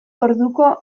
orduko